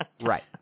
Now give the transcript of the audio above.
Right